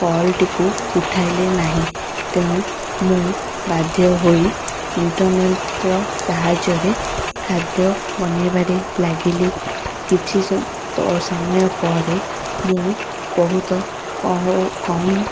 କଲ୍ଟିକୁ ଉଠାଇଲେ ନାହିଁ ତେଣୁ ମୁଁ ବାଧ୍ୟ ହୋଇ ଇଣ୍ଟରନେଟ୍ର ସାହାଯ୍ୟରେ ଖାଦ୍ୟ ବନେଇବାରେ ଲାଗିଲି କିଛି ସମୟ ପରେ ମୁଁ ବହୁତ କମ୍